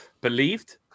believed